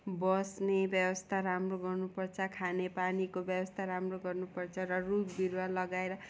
बस्ने व्यवस्था राम्रो गर्नुपर्छ खाने पानीको व्यवस्था राम्रो गर्नुपर्छ र रुख बिरुवा लगाएर